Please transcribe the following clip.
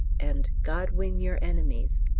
and god win your enemies,